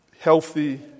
healthy